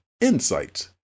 insights